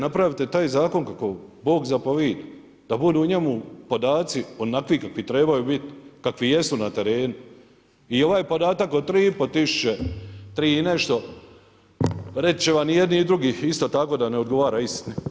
Napravite taj zakon kako bog zapovijeda, da budu u njemu podaci onakvi kakvi trebaju biti, kakvi jesu na terenu i ovaj podatak o 3 500, 3 i nešto, reći će vam i jedni i drugi isto tako da ne odgovara istini.